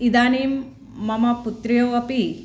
इदानीं मम पुत्र्यौ अपि